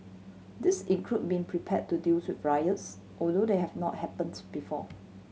these include being prepared to deals with riots although they have not happened before